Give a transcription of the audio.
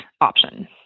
option